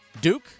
Duke